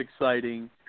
exciting